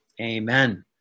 Amen